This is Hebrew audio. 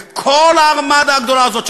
וכל הארמדה הגדולה הזאת,